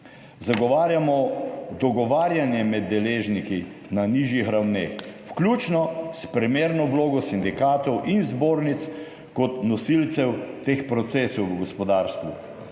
Zagovarjamo dogovarjanje med deležniki na nižjih ravneh, vključno s primerno vlogo sindikatov in zbornic kot nosilcev teh procesov v gospodarstvu.